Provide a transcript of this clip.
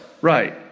right